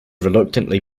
reluctantly